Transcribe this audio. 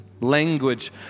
language